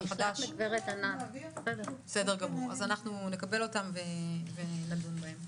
אנחנו נקבל אותם ונדון בהם.